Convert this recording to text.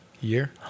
year